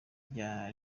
rya